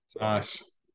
Nice